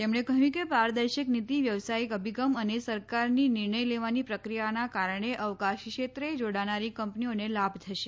તેમણે કહ્યું કે પારદર્શક નીતિ વ્યવસાયિક અભિગમ અને સરકારની નિર્ણય લેવાની પ્રક્રિયાના કારણે અવકાશ ક્ષેત્રે જોડાનારી કંપનીઓને લાભ થશે